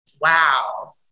wow